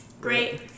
Great